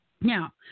Now